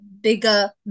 bigger